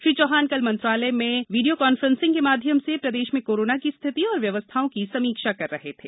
श्री चौहान कल मंत्रालय में वीसी के माध्यम से प्रदेश में कोरोना की स्थिति एवं व्यवस्थाओं की समीक्षा कर रहे थे